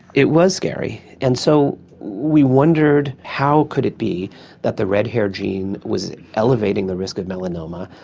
it was scary. and so we wondered how could it be that the red hair gene was elevating the risk of melanoma?